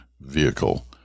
vehicle